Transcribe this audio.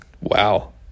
Wow